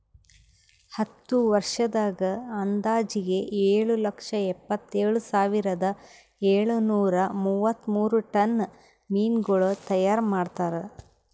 ಹತ್ತು ವರ್ಷದಾಗ್ ಅಂದಾಜಿಗೆ ಏಳು ಲಕ್ಷ ಎಪ್ಪತ್ತೇಳು ಸಾವಿರದ ಏಳು ನೂರಾ ಮೂವತ್ಮೂರು ಟನ್ ಮೀನಗೊಳ್ ತೈಯಾರ್ ಮಾಡ್ತಾರ